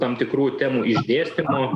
tam tikrų temų išdėstymo